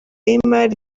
y’imari